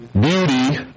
beauty